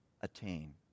attain